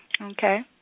Okay